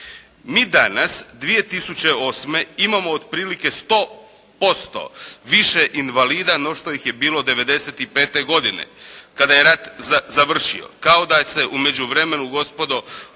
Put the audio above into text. Mi danas 2008. imamo otprilike 100% više invalida no što ih je bilo 95. godine kada je rat završio kao da se u međuvremenu gospodo